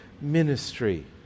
ministry